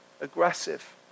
aggressive